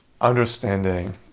understanding